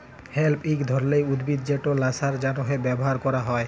hemp ইক ধরলের উদ্ভিদ যেট ল্যাশার জ্যনহে ব্যাভার ক্যরা হ্যয়